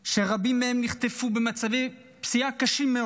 שרבים מהם נחטפו במצבי פציעה קשים מאוד,